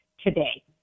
today